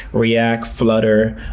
react, flutter,